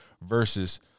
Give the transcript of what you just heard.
versus